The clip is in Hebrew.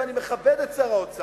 ואני מכבד את שר האוצר,